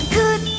good